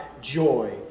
joy